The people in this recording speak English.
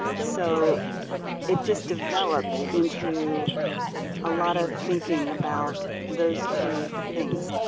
so it just developed into a lot of thinking about those two things.